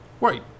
Right